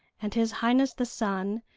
and his highness, the sun,